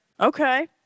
Okay